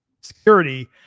security